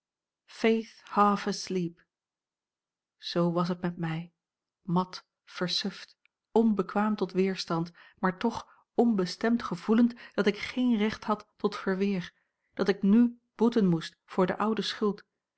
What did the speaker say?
zoo was het met mij mat versuft onbekwaam tot weerstand maar toch onbestemd gevoelend dat ik geen recht had tot verweer dat ik n boeten moest voor de oude schuld